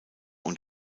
und